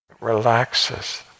relaxes